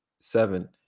seven